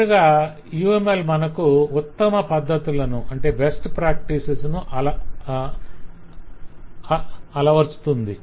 చివరగా UML మనకు ఉత్తమ పద్ధతులను అలవరపరుచుతుంది